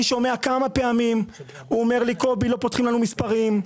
שומע כמה פעמים הוא אומר לי שלא פותחים להם מספרים,